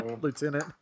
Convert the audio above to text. Lieutenant